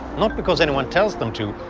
not because anyone tells them to,